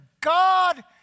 God